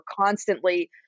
constantly